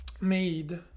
made